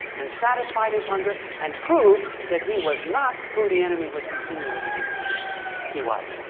and satisfied his hunger and proved that he was not who the enemy was insinuating and but he was,